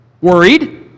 worried